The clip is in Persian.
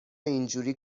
اینجوری